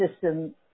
system